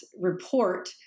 report